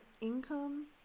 income